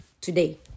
today